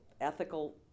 ethical